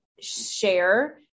share